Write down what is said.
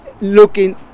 looking